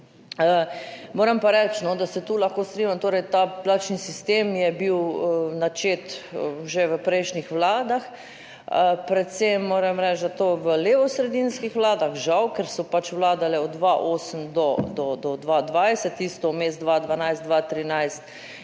Moram pa reči, da se tu lahko strinjam, torej ta plačni sistem je bil načet že v prejšnjih vladah, predvsem moram reči, da to v levosredinskih vladah žal, ker so pač vladale od 2008 do 2020 tisto vmes, 2012-2013